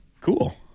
Cool